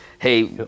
hey